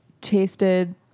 tasted